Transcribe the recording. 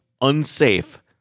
unsafe